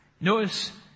Notice